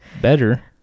better